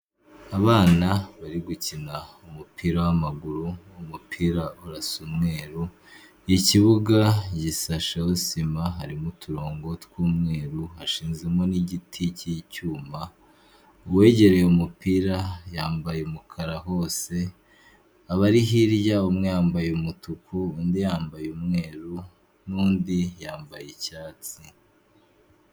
Abana bari gukina umupira w'amaguru, umupira urasa umweru, ikibuga gisasheho sima harimo uturongo tw'umweru hashinzemo n'igiti cy'icyuma, uwegereye umupira yambaye umukara hose, abari hirya umwe yambaye umutuku, undi yambaye umweru n'undi yambaye icyatsi.